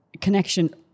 connection